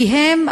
כי הם,